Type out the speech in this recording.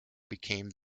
became